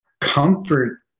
comfort